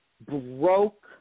broke